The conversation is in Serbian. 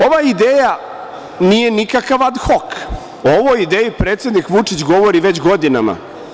Ova ideja nije nikakav ad hok, o ovoj ideji predsednik Vučić govori već godinama.